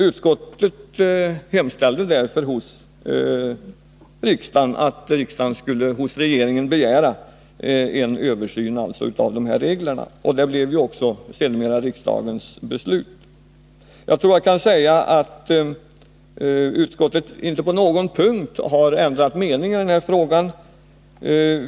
Utskottet hemställde därför att riksdagen hos regeringen skulle begära en översyn av de här reglerna, och det blev sedermera riksdagens beslut. Utskottet har inte på någon punkt ändrat mening i den här frågan.